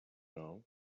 know